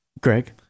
Greg